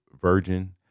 Virgin